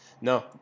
No